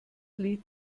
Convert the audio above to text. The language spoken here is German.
lied